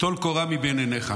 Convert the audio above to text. טול קורה מבין עיניך.